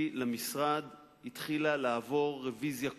למשרד התחילה לעבור רוויזיה כוללת,